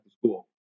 school